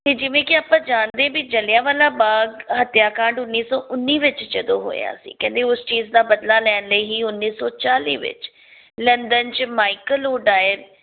ਅਤੇ ਜਿਵੇਂ ਕਿ ਆਪਾਂ ਜਾਣਦੇ ਵੀ ਜਲ੍ਹਿਆਂ ਵਾਲਾ ਬਾਗ ਹੱਤਿਆਕਾਂਡ ਉੱਨੀ ਸੌ ਉੱਨੀ ਵਿੱਚ ਜਦੋਂ ਹੋਇਆ ਸੀ ਕਹਿੰਦੇ ਉਸ ਚੀਜ਼ ਦਾ ਬਦਲਾ ਲੈਣ ਲਈ ਹੀ ਉੱਨੀ ਸੌ ਚਾਲੀ ਵਿੱਚ ਲੰਡਨ 'ਚ ਮਾਈਕਲ ਉਡਾਈਰ